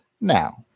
now